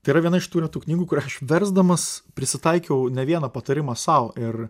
tai yra viena iš tų retų knygų kurią versdamas prisitaikiau ne vieną patarimą sau ir